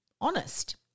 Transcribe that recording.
honest